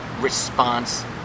response